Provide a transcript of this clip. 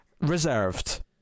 reserved